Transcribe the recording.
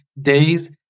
days